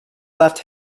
left